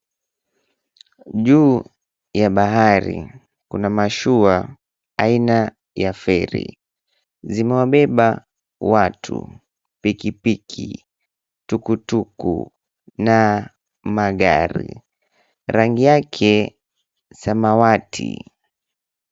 Juu ya bahari kuna mashua aina ya feri. Zimewabeba watu, pikipiki, tukutuku na magari. Rangi yake samawati.